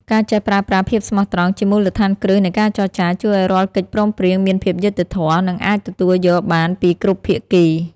ការចេះប្រើប្រាស់ "ភាពស្មោះត្រង់" ជាមូលដ្ឋានគ្រឹះនៃការចរចា ជួយឱ្យរាល់កិច្ចព្រមព្រៀងមានភាពយុត្តិធម៌ និងអាចទទួលយកបានពីគ្រប់ភាគី។